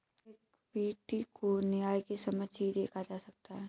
equity को न्याय के समक्ष ही देखा जा सकता है